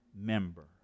member